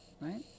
Right